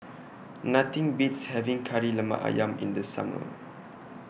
Nothing Beats having Kari Lemak Ayam in The Summer